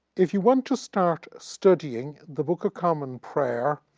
if you want to start studying the book of common prayer,